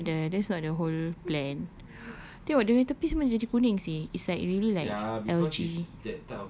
no that's not the that's not the whole plan tengok dia punya tepi semua jadi kuning seh it's like really like algae